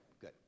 Good